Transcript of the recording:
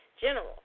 general